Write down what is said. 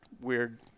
weird